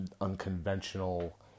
unconventional